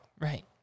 Right